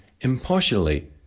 impartially